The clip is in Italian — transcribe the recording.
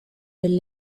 del